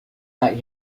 that